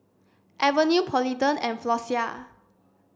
Avene Polident and Floxia